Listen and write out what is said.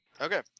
Okay